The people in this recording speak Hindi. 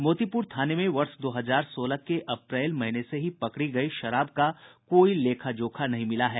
मोतीपुर थाने में वर्ष दो हजार सोलह के अप्रैल महीने से ही पकड़ी गयी शराब का कोई लेखा जोखा नहीं मिला है